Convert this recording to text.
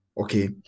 Okay